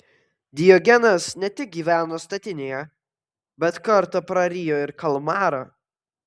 diogenas ne tik gyveno statinėje bet kartą prarijo ir kalmarą